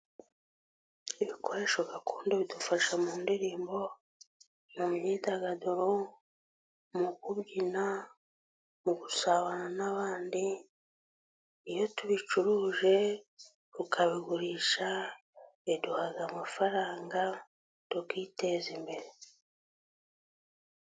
Ibikoresho gakondo bidufasha mu ndirimbo, mu myidagaduro, mu kubyina, mu gusabana n'abandi iyo tubicuruje, tukabigurisha, biduha amafaranga tukiteza imbere.